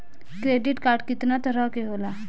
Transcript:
Credit card कितना तरह के होला?